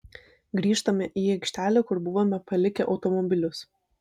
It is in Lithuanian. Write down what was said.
grįžtame į aikštelę kur buvome palikę automobilius